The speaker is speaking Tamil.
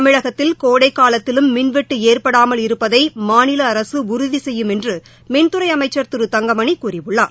தமிழகத்தில் கோடைக்காலத்திலும் மின்வெட்டுஏற்படாமல் இருப்பதைமாநிலஅரசுஉறுதிசெய்யும் என்றுமின்துறைஅமைச்சர் திரு தங்கமணிகூறியுள்ளார்